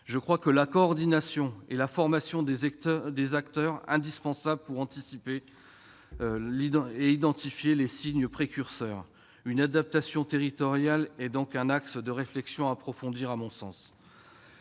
Je crois que la coordination et la formation des acteurs sont indispensables pour anticiper et identifier les signes précurseurs. À mon sens, une adaptation territoriale est donc un axe de réflexion à approfondir. L'aide